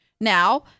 now